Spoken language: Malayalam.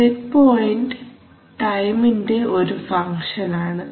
സെറ്റ് പോയിന്റ് ടൈമിന്റെ ഒരു ഫംഗ്ഷൻ ആണ്